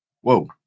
Whoa